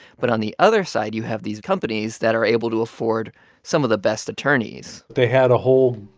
but on the other side, you have these companies that are able to afford some of the best attorneys they had a whole